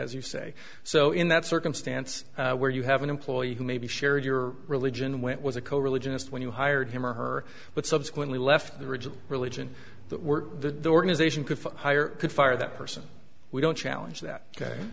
as you say so in that circumstance where you have an employee who may be sharing your religion when it was a coreligionist when you hired him or her but subsequently left the original religion that were the organization could hire could fire that person we don't challenge that o